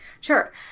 Sure